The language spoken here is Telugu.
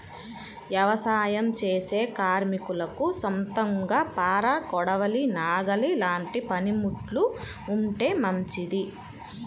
యవసాయం చేసే కార్మికులకు సొంతంగా పార, కొడవలి, నాగలి లాంటి పనిముట్లు ఉంటే మంచిది